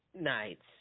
nights